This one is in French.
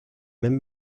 même